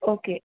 okay